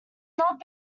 not